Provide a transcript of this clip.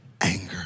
anger